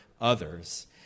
others